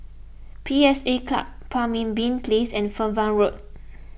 P S A Club Pemimpin Place and Fernvale Road